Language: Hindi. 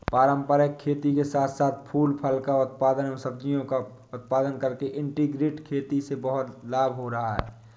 पारंपरिक खेती के साथ साथ फूल फल का उत्पादन एवं सब्जियों का उत्पादन करके इंटीग्रेटेड खेती से बहुत लाभ हो रहा है